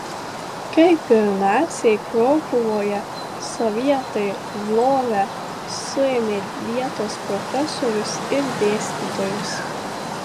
kaip ir naciai krokuvoje sovietai lvove suėmė vietos profesorius ir dėstytojus